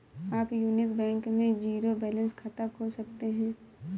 आप Union Bank में zero balance खाता खोल सकते हैं